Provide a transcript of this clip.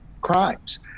crimes